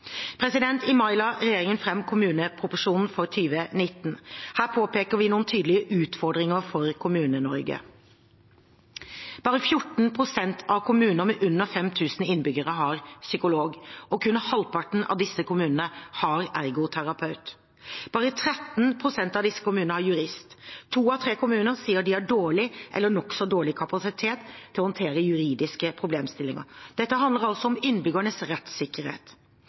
I mai la regjeringen fram kommuneproposisjonen for 2019. Her påpeker vi noen tydelige utfordringer for Kommune-Norge: Bare 14 pst. av kommuner med under 5 000 innbyggere har psykolog, og kun halvparten av disse kommunene har ergoterapeut. Bare 13 pst. av disse kommunene har jurist. To av tre kommuner sier de har dårlig eller nokså dårlig kapasitet til å håndtere juridiske problemstillinger. Dette handler om innbyggernes rettssikkerhet.